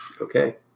Okay